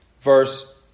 verse